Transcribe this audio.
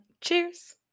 Cheers